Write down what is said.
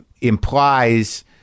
implies